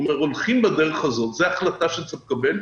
הוא אומר: הולכים בדרך הזאת, זו החלטה שצריך לקבל,